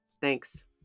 Thanks